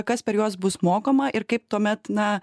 kas per juos bus mokoma ir kaip tuomet na